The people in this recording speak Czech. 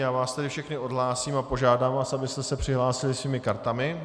Já vás tedy všechny odhlásím a požádám vás, abyste se přihlásili svými kartami.